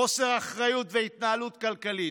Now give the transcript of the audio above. חוסר אחריות בהתנהלות הכלכלית.